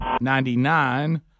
ninety-nine